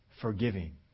forgiving